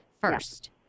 first